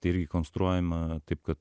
tai irgi rekonstruojama taip kad